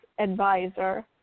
advisor